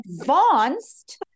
advanced